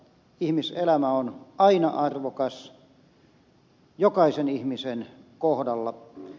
ihmiselämä on aina arvokas jokaisen ihmisen kohdalla